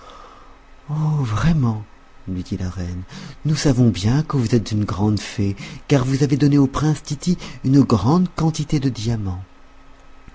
vraiment lui dit la reine nous savons bien que vous êtes une grande fée car vous avez donné au prince tity une grande quantité de diamants